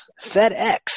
FedEx